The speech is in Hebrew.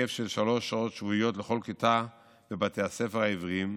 בהיקף של שלוש שעות שבועיות בכל כיתה בבתי הספר העבריים,